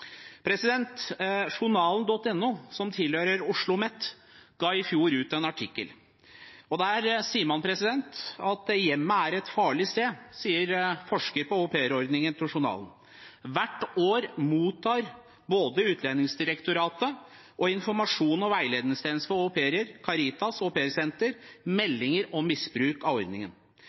som tilhører OsloMet, ga i fjor ut en artikkel. Der sier en forsker på aupairordningen til Journalen at hjemmet er et farlig sted. Hvert år mottar både Utlendingsdirektoratet og informasjons- og veiledningstjenesten for au pairer, Caritas au pair-senter, meldinger om misbruk av ordningen.